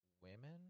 women